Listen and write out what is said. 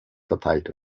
verteilt